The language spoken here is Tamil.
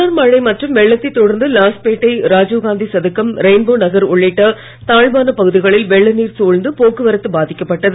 தொடர் மழை மற்றும் வெள்ளத்தை தொடர்ந்து லாஸ்பேட்டை ராஜீவ்காந்தி சதுக்கம் ரெயின்போர் நகர் உள்ளிட்ட தாழ்வான பகுதிகளில் வெள்ள நீர் சூழ்ந்து போக்குவரத்து பாதிக்கப்பட்டது